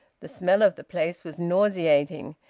the smell of the place was nauseating,